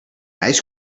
ice